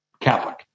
Catholic